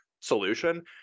solution